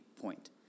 point